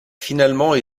finalement